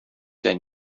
zijn